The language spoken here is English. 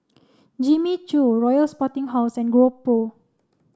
Jimmy Choo Royal Sporting House and GoPro